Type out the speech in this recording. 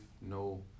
no